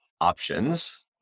options